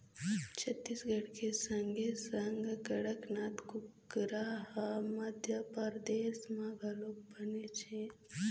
छत्तीसगढ़ के संगे संग कड़कनाथ कुकरा ह मध्यपरदेस म घलोक बनेच हे